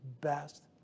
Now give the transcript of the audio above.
best